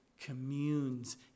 communes